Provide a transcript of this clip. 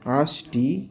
Ashti